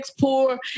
poor